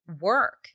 work